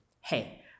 hey